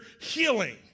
healing